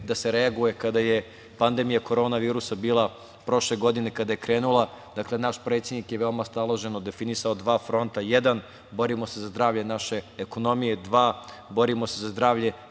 da se reaguje, kada je pandemija korona virusa bila prošle godine, kada je krenula. Naš predsednik je veoma staloženo definisao dva fronta, jedan – borimo se za zdravlje naše ekonomije, dva – borimo se za zdravlje